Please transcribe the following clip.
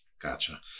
Gotcha